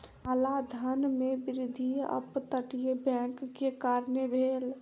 काला धन में वृद्धि अप तटीय बैंक के कारणें भेल